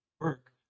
work